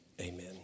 Amen